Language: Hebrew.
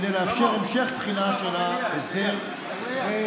כדי לאפשר המשך בחינה של ההסדר ויישומו.